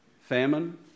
famine